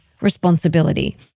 responsibility